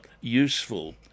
useful